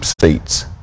seats